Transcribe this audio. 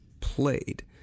played